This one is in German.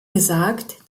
gesagt